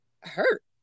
hurt